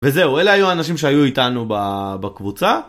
וזהו, אלה היו האנשים שהיו איתנו בקבוצה.